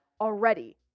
already